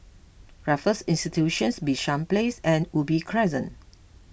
Raffles Institution Bishan Place and Ubi Crescent